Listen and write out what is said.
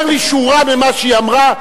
אם אתה אומר לי שורה ממה שהיא אמרה,